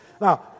Now